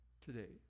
today